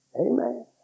Amen